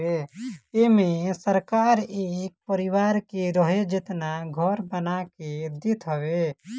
एमे सरकार एक परिवार के रहे जेतना घर बना के देत हवे